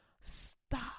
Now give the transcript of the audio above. stop